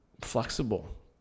flexible